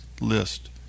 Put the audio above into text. list